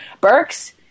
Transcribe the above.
burks